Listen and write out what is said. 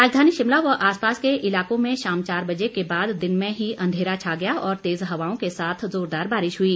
राजधानी शिमला व आस पास के इलाकों में शाम चार बजे के बाद दिन में ही अंधेरा छा गया और तेज हवाओं के साथ जोरदार बारिश हुई